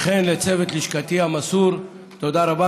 וכן לצוות לשכתי המסור, תודה רבה.